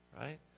right